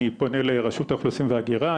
אני פונה לרשות האוכלוסין וההגירה,